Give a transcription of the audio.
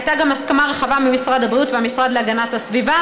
הייתה גם הסכמה רחבה ממשרד הבריאות והמשרד להגנת הסביבה,